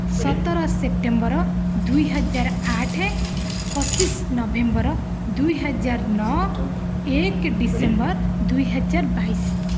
ସତର ସେପ୍ଟେମ୍ବର ଦୁଇ ହଜାର ଆଠ ପଚିଶ ନଭେମ୍ବର ଦୁଇହଜାର ନଅ ଏକ ଡିସେମ୍ବର ଦୁଇହଜାର ବାଇଶି